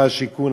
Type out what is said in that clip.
שר השיכון,